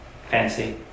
fancy